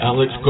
Alex